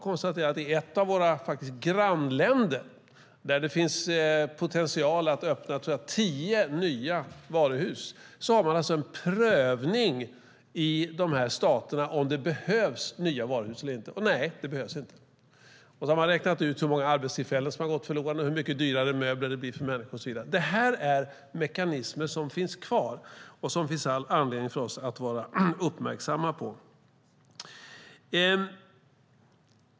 I ett av våra grannländer där det finns potential att öppna tio nya varuhus sker en prövning av om det behövs nya varuhus eller inte: Nej, det behövs inte. Så har man räknat ut hur många arbetstillfällen som har gått förlorade och hur mycket dyrare möblerna blir för människorna, och så vidare. Det här är mekanismer som finns kvar och som det finns all anledning för oss att vara uppmärksamma på.